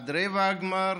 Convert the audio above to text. עד רבע הגמר,